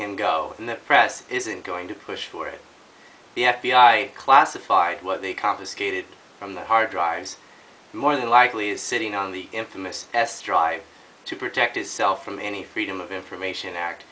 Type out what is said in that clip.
him go and the press isn't going to push for it the f b i classified what they confiscated from the hard drives more than likely is sitting on the infamous s try to protect itself from any freedom of information act